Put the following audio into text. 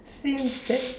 seems that